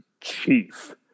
chief